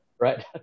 right